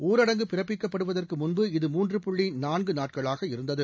ஊரடங்கு பிறப்பிக்கப்படுவதற்குமுன்பு இது மூன்று புள்ளிநான்குநாட்களாகஇருந்தது